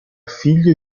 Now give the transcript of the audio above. figlio